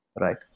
Right